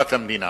טובת המדינה